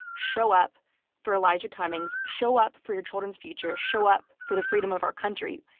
show up for elijah cummings. show up for your children's future. show up for the freedom of our country.